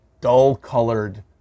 dull-colored